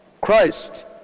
Christ